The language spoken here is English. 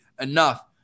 enough